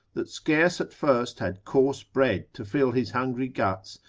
that scarce at first had coarse bread to fill his hungry guts,